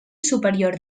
superior